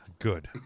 Good